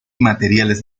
materiales